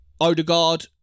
Odegaard